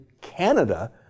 Canada